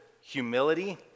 humility